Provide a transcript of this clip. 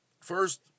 first